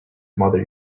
mother